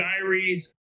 diaries